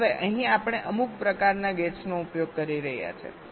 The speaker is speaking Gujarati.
હવે અહીં આપણે અમુક પ્રકારના ગેટ્સનો ઉપયોગ કરી રહ્યા છીએ